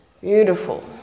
beautiful